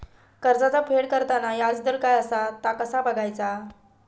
कर्जाचा फेड करताना याजदर काय असा ता कसा बगायचा?